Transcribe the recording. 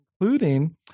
including